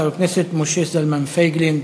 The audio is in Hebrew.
חבר הכנסת משה זלמן פייגלין,